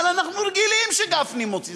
אבל אנחנו רגילים שגפני מוציא,